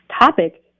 topic